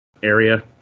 area